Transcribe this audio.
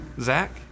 Zach